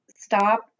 stop